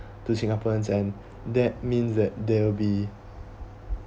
to singaporeans and that means that there will be